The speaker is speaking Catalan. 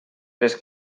les